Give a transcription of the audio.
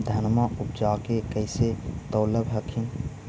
धनमा उपजाके कैसे तौलब हखिन?